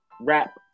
rap